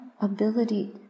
ability